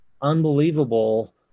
unbelievable